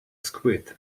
squid